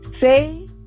say